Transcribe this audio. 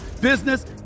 business